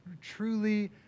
truly